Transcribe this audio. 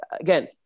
again